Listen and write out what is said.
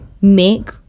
make